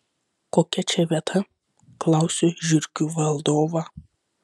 kokia čia vieta klausiu žiurkių valdovą